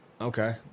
Okay